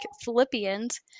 Philippians